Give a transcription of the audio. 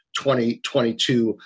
2022